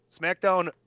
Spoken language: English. SmackDown